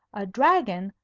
a dragon,